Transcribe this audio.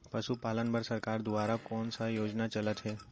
पशुपालन बर सरकार दुवारा कोन स योजना चलत हे?